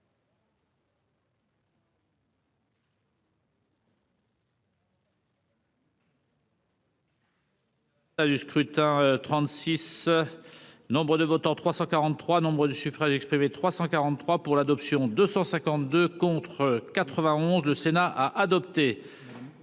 Ah du scrutin 36 Nombre de votants : 343 Nombre de suffrages exprimés 343 pour l'adoption 252 contre 91, le Sénat a adopté.